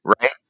right